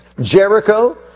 Jericho